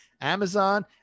Amazon